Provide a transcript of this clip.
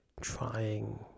trying